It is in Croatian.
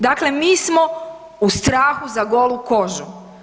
Dakle, mi smo u strahu za golu kožu.